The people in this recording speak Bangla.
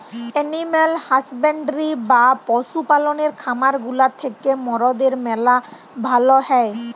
এনিম্যাল হাসব্যাল্ডরি বা পশু পাললের খামার গুলা থ্যাকে মরদের ম্যালা ভাল হ্যয়